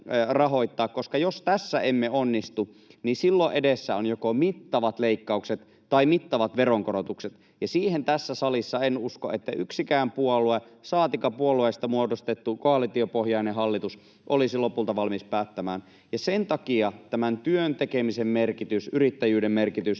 koska jos tässä emme onnistu, niin silloin edessä ovat joko mittavat leikkaukset tai mittavat veronkorotukset, ja en usko, että tässä salissa yksikään puolue, saatikka puolueista muodostettu koalitiopohjainen hallitus, olisi lopulta niistä valmis päättämään. Sen takia työn tekemisen merkityksellä, yrittäjyyden merkityksellä